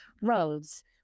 roads